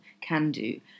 can-do